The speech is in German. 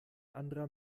anderer